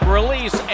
release